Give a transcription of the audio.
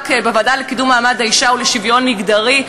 בוועדה לקידום מעמד האישה ולשוויון מגדרי,